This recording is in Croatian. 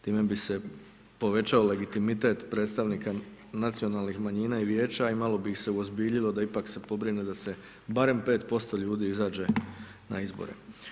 Time bi se povećao legitimitet predstavnika nacionalnih manjina i Vijeća, i malo bi ih se uozbiljilo da ipak se pobrine da se barem 5% ljudi izađe na izbore.